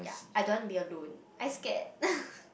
ya I don't want to be alone I scared